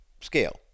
scale